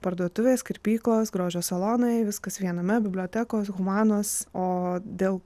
parduotuvės kirpyklos grožio salonai viskas viename bibliotekos humanos o dėl